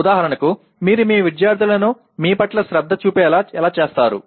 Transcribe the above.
ఉదాహరణకు మీరు మీ విద్యార్థులను మీ పట్ల శ్రద్ధ చూపేలా ఎలా చేస్తారు